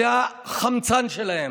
זה החמצן שלהם,